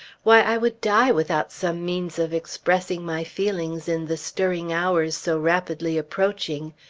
why, i would die without some means of expressing my feelings in the stirring hours so rapidly approaching.